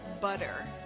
butter